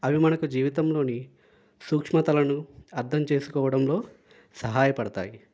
అవి మనకు జీవితంలోని సూక్ష్మతలను అర్థం చేసుకోవడంలో సహాయపడతాయి